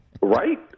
Right